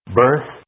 birth